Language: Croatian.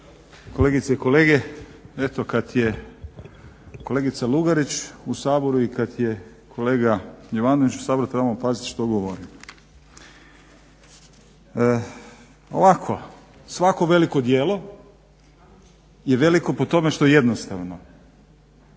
kolegice i kolege. Eto kad je kolegica Lugarić u Saboru i kad je kolega Jovanović u Saboru trebamo paziti što govorimo. Ovako, svako veliko djelo je veliko po tome što je jednostavno.